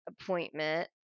appointment